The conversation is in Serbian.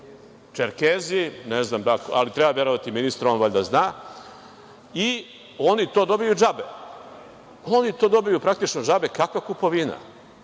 Čerkezi, ne znam kako, ali treba verovati ministru, on valjda zna. Oni to dobijaju džabe, oni to dobijaju praktično džabe, kakva kupovina,